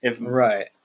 Right